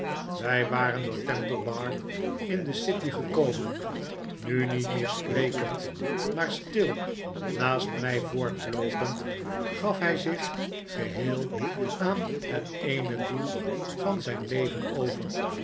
wij waren door temple bar in de city gekomen nu niet meer sprekend maar stil naast mij voortloopend gaf hij zich geheel aan het eene doel van zijn leven over